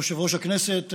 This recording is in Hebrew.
יושב-ראש הכנסת,